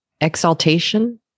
Exaltation